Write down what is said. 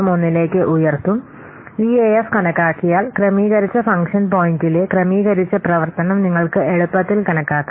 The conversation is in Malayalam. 01 ലേക്ക് ഉയർത്തും വിഎഎഫ് കണക്കാക്കിയാൽ ക്രമീകരിച്ച ഫംഗ്ഷൻ പോയിന്റിലെ ക്രമീകരിച്ച പ്രവർത്തനം നിങ്ങൾക്ക് എളുപ്പത്തിൽ കണക്കാക്കാം